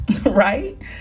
right